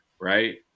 right